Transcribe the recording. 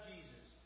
Jesus